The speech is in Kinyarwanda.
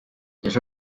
ejo